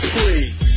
Please